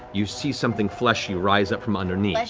you see something fleshy rise up from underneath.